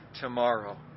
tomorrow